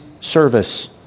service